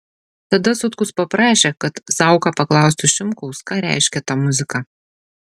tada sutkus paprašė kad zauka paklaustų šimkaus ką reiškia ta muzika